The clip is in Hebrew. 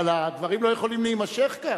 אבל הדברים לא יכולים להימשך כך.